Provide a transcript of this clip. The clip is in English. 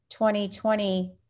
2020